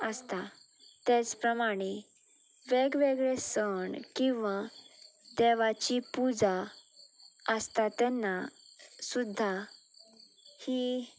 आसता तेच प्रमाणें वेगवेगळे सण किंवां देवाची पुजा आसता तेन्ना सुद्दां हीं